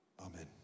Amen